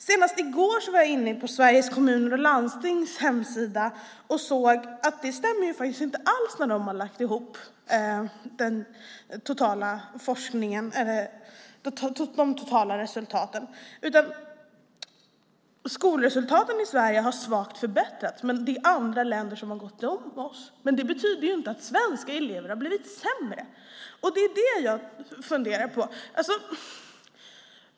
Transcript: Senast i går var jag inne på Sveriges Kommuner och Landstings hemsida. Det visar sig att det inte alls stämmer när de har lagt ihop de totala resultaten. Skolresultaten i Sverige har svagt förbättrats, men det är andra länder som har gått om oss. Det betyder inte svenska elever har blivit sämre, och det är det jag funderar på.